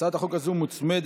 הצעת החוק הזאת מוצמדת